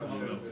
אקטיביים יותר,